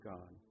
God